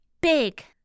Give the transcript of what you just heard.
big